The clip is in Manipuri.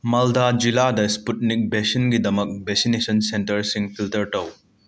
ꯃꯥꯜꯗꯥ ꯖꯤꯂꯥꯗ ꯏꯁꯄꯨꯇ꯭ꯅꯤꯛ ꯚꯦꯛꯁꯤꯟꯒꯤꯗꯃꯛ ꯚꯦꯛꯁꯤꯅꯦꯁꯟ ꯁꯦꯟꯇꯔꯁꯤꯡ ꯐꯤꯜꯇꯔ ꯇꯧ